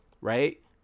Right